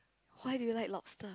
why do you like lobster